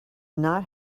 not